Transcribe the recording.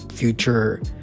future